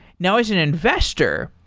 now as an investor,